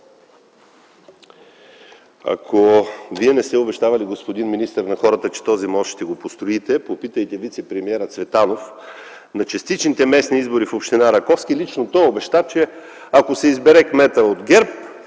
Ако Вие не сте обещавали, господин министър, на хората, че ще построите този мост, попитайте вицепремиера Цветанов – на частичните местни избори в община Раковски лично той обеща, че ако се избере кметът от ГЕРБ,